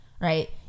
right